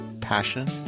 passion